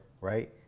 right